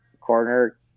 corner